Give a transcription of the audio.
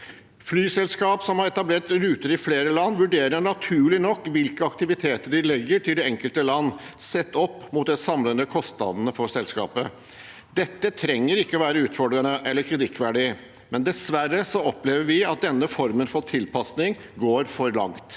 Flyselskap som har etablert ruter i flere land, vurderer naturlig nok hvilke aktiviteter de legger til det enkelte land, sett opp mot de samlede kostnadene for selskapet. Dette trenger ikke være utfordrende eller kritikkverdig, men dessverre opplever vi at denne formen for tilpasning går for langt.